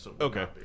Okay